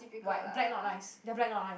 white black not nice ya black not nice